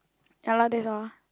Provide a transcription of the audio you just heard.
ya lah that's all